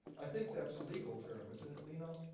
i think that's a legal term, isn't it, lino?